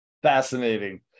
Fascinating